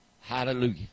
Hallelujah